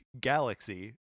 galaxy